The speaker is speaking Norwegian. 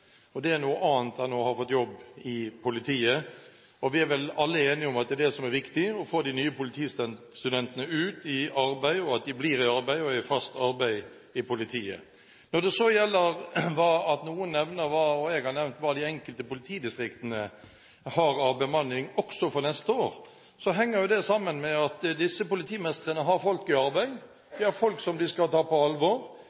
Det er noe annet enn å ha fått jobb i politiet, og vi er vel alle enige om at det er det som er viktig, å få de nye politistudentene ut i arbeid, og at de blir i arbeid – og i fast arbeid – i politiet. Når det så gjelder at noen nevner – og jeg har nevnt – hva de enkelte politidistriktene har av bemanning også for neste år, henger det sammen med at disse politimestrene har folk i